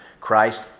Christ